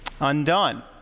undone